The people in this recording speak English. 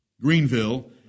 Greenville